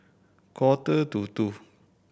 quarter to two